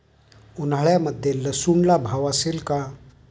उन्हाळ्यामध्ये लसूणला भाव असेल का?